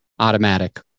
automatic